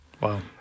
Wow